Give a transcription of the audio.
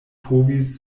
povis